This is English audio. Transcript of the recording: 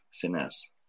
Finesse